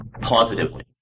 positively